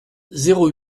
zéro